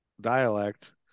dialect